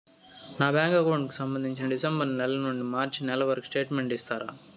నా bank account కు సంబంధించి డిసెంబరు నెల నుండి మార్చి నెలవరకు స్టేట్మెంట్ ఇస్తారా?